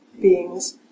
beings